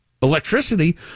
electricity